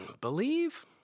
believe